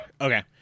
Okay